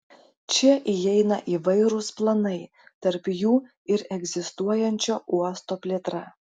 čia įeina įvairūs planai tarp jų ir egzistuojančio uosto plėtra